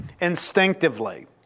instinctively